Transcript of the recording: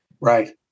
Right